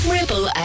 Ripple